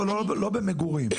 לא במגורים.